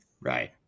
Right